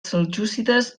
seljúcides